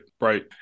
right